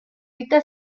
rica